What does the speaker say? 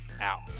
out